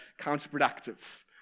counterproductive